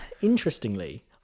interestingly